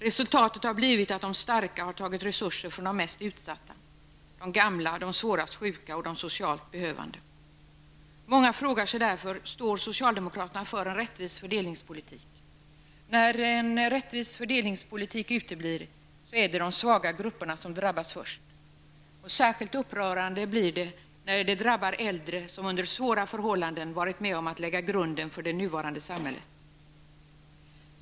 Resultatet har blivit att de starka har tagit resurser från de mest utsatta, de gamla, de svårast sjuka och de socialt behövande. Många frågar sig därför: Står socialdemokraterna för en rättvis fördelningspolitik? När en rättvis fördelningspolitik uteblir är det de svaga grupperna som drabbas först. Särskilt upprörande blir det när det drabbar äldre, som under svåra förhållanden har varit med om att lägga grunden för det nuvarande samhället.